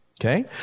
Okay